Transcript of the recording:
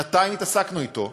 שנתיים עסקנו בו,